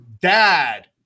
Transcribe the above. dad